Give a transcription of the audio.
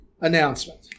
announcement